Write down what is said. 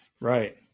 Right